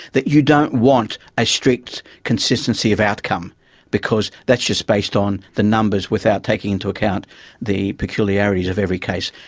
that you don't want a strict consistency of outcome because that's just based on the numbers without taking into account the peculiarities of every case.